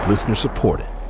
Listener-supported